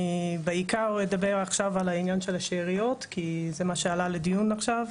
אני בעיקר אדבר עכשיו על העניין של השאריות כי זה מה שעלה לדיון עכשיו.